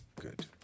good